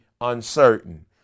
uncertain